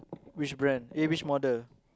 which brand eh which model